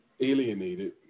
alienated